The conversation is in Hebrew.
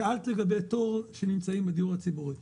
שאלת לגבי אלה שנמצאים בדיור הציבורי.